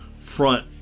front